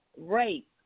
rape